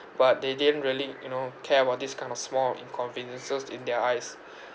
but they didn't really you know care about this kind of small inconveniences in their eyes